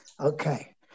Okay